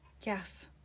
Yes